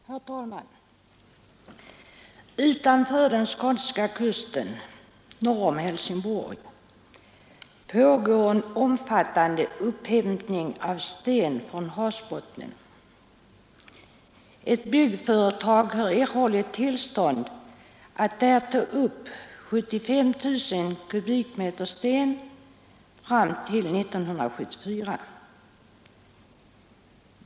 Herr talman! Utanför den skånska kusten norr om Helsingborg pågår en omfattande upphämtning av sten från havsbottnen. Ett byggföretag har erhållit tillstånd att där ta upp 75 000 m?3 sten fram till 1974.